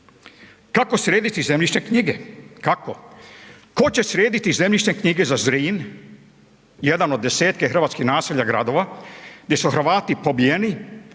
Kako srediti zemljišne knjige? Kako? Tko će srediti zemljišne knjige za Zrin, jedan od desetke hrvatskih naselja, gradova, gdje su Hrvati pobijeni,